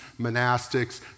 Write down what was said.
monastics